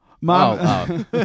Mom